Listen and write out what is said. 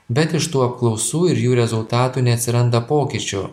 bet iš tų apklausų ir jų rezultatų neatsiranda pokyčių